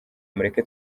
mureke